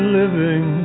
living